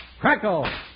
Crackle